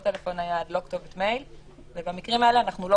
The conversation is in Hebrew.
טלפון נייד וכתובת מייל ובמקרים האלה אנחנו לא